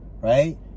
right